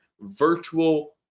virtual